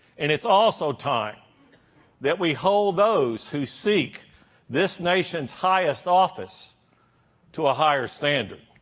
and it's also time that we hold those who seek this nation's highest office to a higher standard.